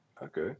Okay